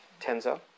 Tenzo